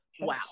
wow